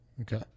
Okay